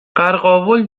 قرقاول